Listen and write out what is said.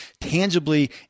tangibly